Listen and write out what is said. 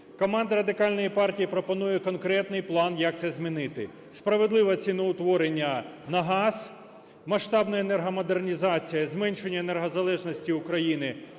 Команда Радикальної партії пропонує конкретний план, як це змінити. Справедливе ціноутворення на газ, масштабна енергомодернізація, зменшення енергозалежності України